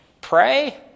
pray